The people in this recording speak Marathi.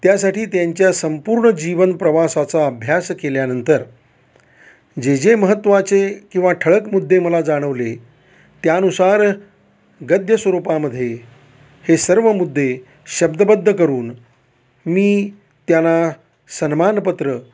त्यासाठी त्यांच्या संपूर्ण जीवन प्रवासाचा अभ्यास केल्यानंतर जे जे महत्त्वाचे किंवा ठळक मुद्दे मला जाणवले त्यानुसार गद्य स्वरूपामध्ये हे सर्व मुद्दे शब्दबद्ध करून मी त्यांना सन्मानपत्र